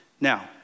Now